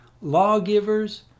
lawgivers